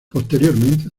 posteriormente